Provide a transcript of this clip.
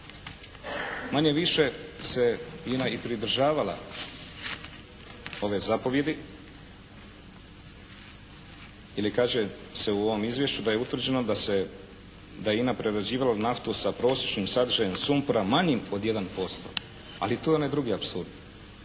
Manje-više se INA i pridržavala ove zapovijedi ili kaže se u ovom izvješću da je utvrđeno da se, da je INA prerađivala naftu sa prosječnim sadržajem sumpora manjim od jedan posto. Ali to je onaj drugi apsurd,